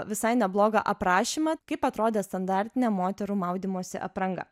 visai neblogą aprašymą kaip atrodė standartinė moterų maudymosi apranga